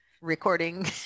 Recording